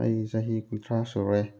ꯑꯩ ꯆꯍꯤ ꯀꯨꯟꯊ꯭ꯔꯥ ꯁꯨꯔꯦ